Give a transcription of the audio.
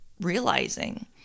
realizing